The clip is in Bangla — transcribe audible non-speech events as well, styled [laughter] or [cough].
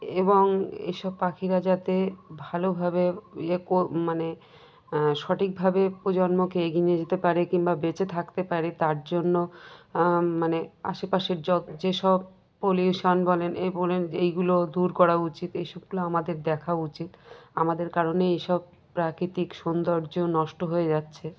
এবং এই সব পাখিরা যাতে ভালোভাবে ইয়ে [unintelligible] মানে সঠিক ভাবে প্রজন্মকে এগিয়ে নিয়ে যেতে পারে কিংবা বেঁচে থাকতে পারে তার জন্য মানে আশেপাশের যে সব পলিউশন বলুন এই বলুন এইগুলো দূর করা উচিত এই সবগুলো আমাদের দেখা উচিত আমাদের কারণে এই সব প্রাকৃতিক সৌন্দর্য নষ্ট হয়ে যাচ্ছে